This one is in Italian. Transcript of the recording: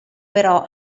però